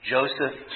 Joseph